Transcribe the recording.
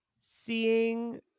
seeing